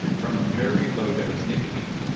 from very low dose nicotine.